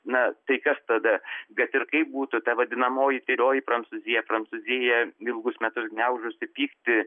na tai kas tada bet ir kaip būtų ta vadinamoji tylioji prancūzija prancūzija ilgus metus gniaužusi pyktį